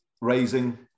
raising